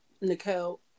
Nicole